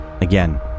Again